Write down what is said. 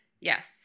Yes